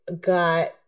got